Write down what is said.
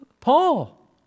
Paul